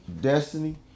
Destiny